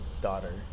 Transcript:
daughter